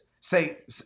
say